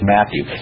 Matthew